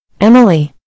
Emily